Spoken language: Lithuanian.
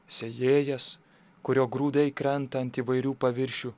sėjėjas kurio grūdai krenta ant įvairių paviršių